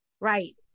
right